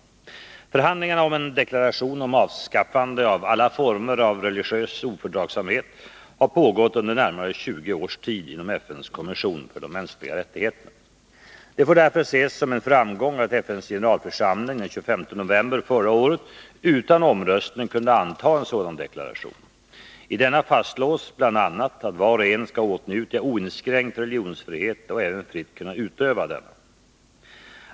Förhandlingar om en deklaration om avskaffande av alla former av religiös ofördragsamhet har pågått under närmare 20 års tid inom FN:s kommission för de mänskliga rättigheterna. Det får därför ses som en framgång att FN:s generalförsamling den 25 november förra året utan omröstning kunde anta en sådan deklaration. I denna fastslås bl.a. att var och en skall åtnjuta oinskränkt religionsfrihet och även fritt kunna utöva denna.